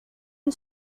une